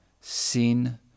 sin